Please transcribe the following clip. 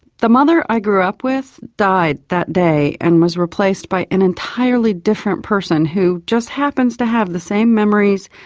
the mother i grew up with died that day and was replaced by an entirely different person who just happens to have the same memories,